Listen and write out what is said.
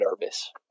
nervous